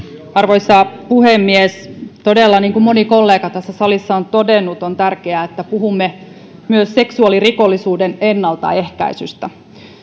arvoisa puhemies todella niin kuin moni kollega tässä salissa on todennut on tärkeää että puhumme myös seksuaalirikollisuuden ennaltaehkäisystä